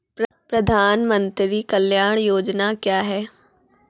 प्रधानमंत्री कल्याण योजना क्या हैं?